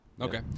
Okay